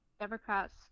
Democrats